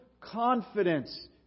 confidence